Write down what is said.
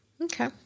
okay